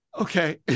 okay